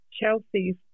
Chelsea's